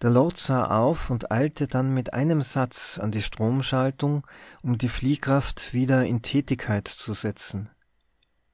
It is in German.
der lord sah auf und eilte dann mit einem satz an die stromschaltung um die fliehkraft wieder in tätigkeit zu setzen